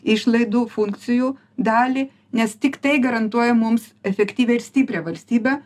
išlaidų funkcijų dalį nes tiktai garantuoja mums efektyvią ir stiprią valstybę